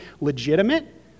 legitimate